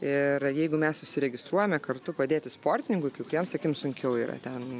ir jeigu mes užsiregistruojame kartu padėti sportininkui kai kuriems sakim sunkiau yra ten